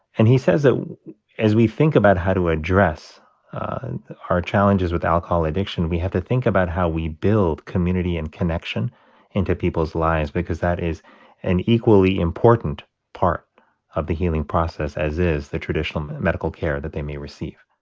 and he says that ah as we think about how to address our challenges with alcohol addiction, we have to think about how we build community and connection into people's lives because that is an equally important part of the healing process as is the traditional medical care that they may receive